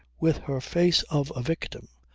with her face of a victim,